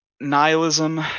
nihilism